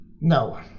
No